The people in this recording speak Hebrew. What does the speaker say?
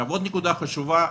עוד נקודה חשובה,